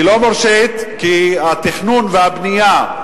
היא לא מורשית כי התכנון והבנייה,